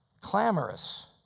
Clamorous